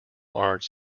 arts